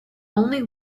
only